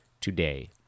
today